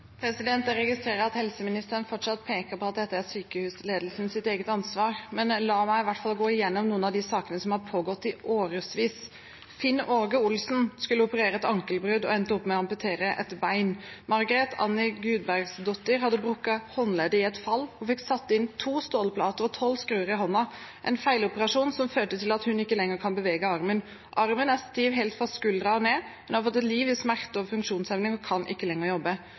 Jeg registrerer at helseministeren fortsatt peker på at dette er sykehusledelsens eget ansvar. Men la meg i hvert fall gå gjennom noen av de sakene som har pågått i årevis: Finn Åge Olsen skulle operere et ankelbrudd og endte opp med å amputere et bein. Margret Annie Gudbergsdottir hadde brukket håndleddet i et fall og fikk satt inn to stålplater og tolv skruer i hånda, en feiloperasjon som førte til at hun ikke lenger kan bevege armen. Armen er stiv helt fra skulderen og ned. Hun har fått et liv i smerte og med funksjonshemning og kan ikke lenger jobbe.